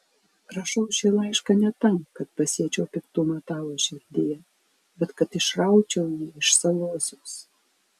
rašau šį laišką ne tam kad pasėčiau piktumą tavo širdyje bet kad išraučiau jį iš savosios